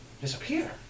disappear